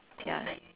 ya